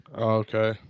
Okay